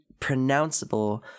pronounceable